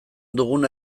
duguna